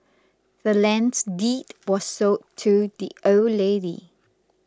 the land's deed was sold to the old lady